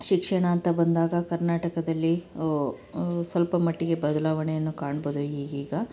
ಶಿಕ್ಷಣ ಅಂತ ಬಂದಾಗ ಕರ್ನಾಟಕದಲ್ಲಿ ಸ್ವಲ್ಪ ಮಟ್ಟಿಗೆ ಬದಲಾವಣೆಯನ್ನು ಕಾಣ್ಬೋದು ಈಗೀಗ